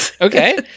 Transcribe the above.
okay